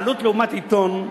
העלות לעומת עיתון,